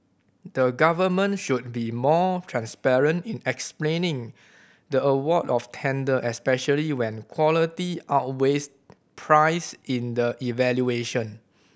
the government should be more transparent in explaining the award of tender especially when quality outweighs price in the evaluation